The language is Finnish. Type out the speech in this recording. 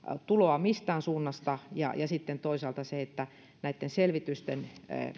tuloa mistään suunnasta ja ja toisaalta näitten selvitysten